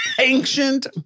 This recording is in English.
ancient